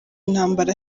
intambara